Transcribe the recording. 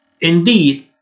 Indeed